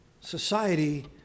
society